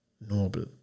noble